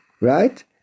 right